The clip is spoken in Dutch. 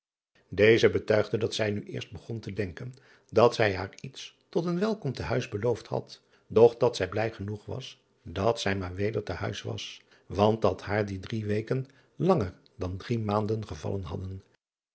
eze betuigde dat zij nu eerst begon te denken dat zij haar iets tot een welkom te huis beloofd had doch dat zij blij genoeg was dat zij maar weder te huis was want dat haar die drie weken langer dan drie maanden gevallen hadden